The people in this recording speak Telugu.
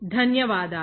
ధన్యవాదాలు